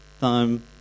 time